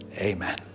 Amen